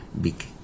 big